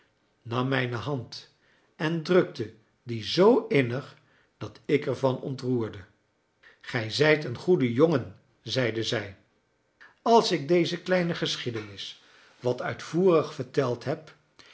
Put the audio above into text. nam mijne hand en drukte die zoo innig dat ik ervan ontroerde gij zijt een goede jongen zeide zij als ik deze kleine geschiedenis wat uitvoerig verteld heb